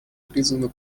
призвано